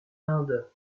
inde